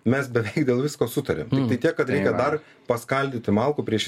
mes beveik dėl visko sutarėm tai tiek kad reikia dar paskaldyti malkų prieš